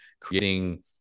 creating